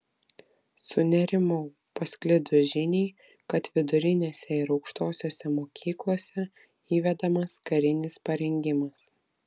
sunerimau pasklidus žiniai kad vidurinėse ir aukštosiose mokyklose įvedamas karinis parengimas